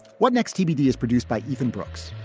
what next? tbd is produced by even brooks.